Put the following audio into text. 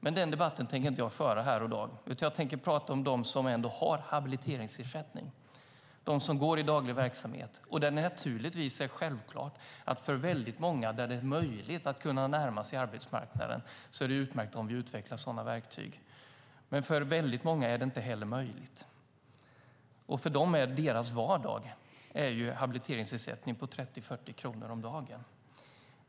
Men denna debatt tänker jag inte föra här i dag, utan jag tänker tala om dem som har habiliteringsersättning och går i daglig verksamhet. För dem där det är möjligt att närma sig arbetsmarknaden är det utmärkt att vi utvecklar sådana verktyg, men för många är det inte möjligt. För dem är vardagen en habiliteringsersättning på 30-40 kronor om dagen.